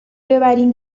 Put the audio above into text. ببریم